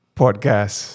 podcast